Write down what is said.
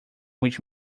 which